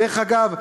דרך אגב,